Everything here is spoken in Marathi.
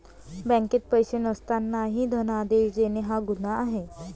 बँकेत पैसे नसतानाही धनादेश देणे हा गुन्हा आहे